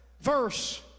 verse